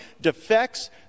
defects